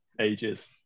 ages